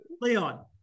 Leon